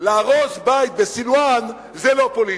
להרוס בית בסילואן זה לא פוליטי.